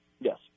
Yes